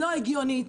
לא הגיונית.